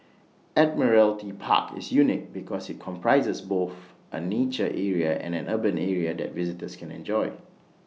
Admiralty Park is unique because IT comprises both A nature area and an urban area that visitors can enjoy